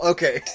Okay